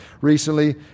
recently